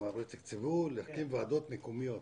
הרי הם תקצבו להקים ועדות מקומיות.